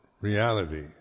reality